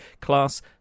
class